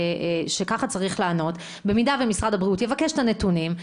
ככה צריך לענות: במידה ומשרד הבריאות יבקש את הנתונים,